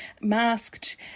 masked